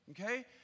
Okay